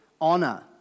honor